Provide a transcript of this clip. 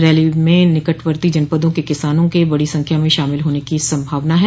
rally में निकटवर्ती जनपदों के किसानों के बड़ी संख्या में शामिल होने की संभावना है